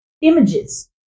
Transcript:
images